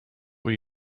were